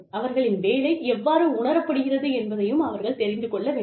அவர்களின் வேலை எவ்வாறு உணரப்படுகிறது என்பதையும் அவர்கள் தெரிந்து கொள்ள வேண்டும்